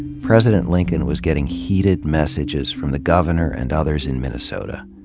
president lincoln was getting heated messages from the governor and others in minnesota.